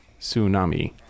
tsunami